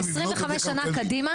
25 שנים קדימה,